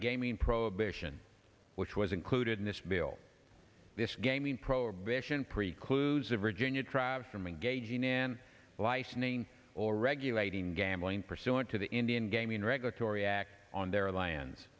gaming prohibition which was included in this bill this gaming prohibition precludes the virginia tribes from engaging in licensing or regulating gambling pursuant to the indian gaming regulatory act on their l